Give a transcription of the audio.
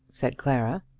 said clara.